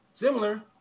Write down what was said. Similar